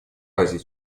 азии